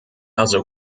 also